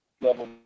level